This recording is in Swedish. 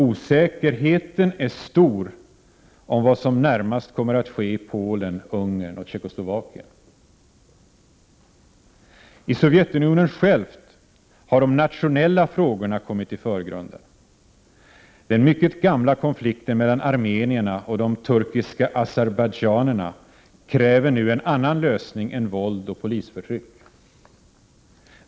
Osäkerheten är stor om vad som närmast kommer att ske i Polen, Ungern och Tjeckoslovakien. I Sovjetunionen har de nationella frågorna kommit i förgrunden. Den mycket gamla konflikten mellan armenierna och de turkiska azerbajdzjanerna kräver nu en annan lösning än våld och polisförtryck.